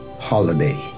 holiday